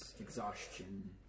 exhaustion